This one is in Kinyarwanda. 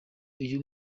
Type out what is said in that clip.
uyu